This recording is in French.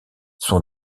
son